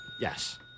Yes